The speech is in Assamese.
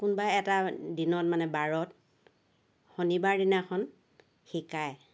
কোনোবা এটা দিনত মানে বাৰত শণিবাৰ দিনাখন শিকায়